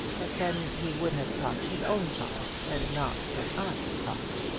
but then he would have talked his own talk, and not his aunt's talk.